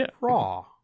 raw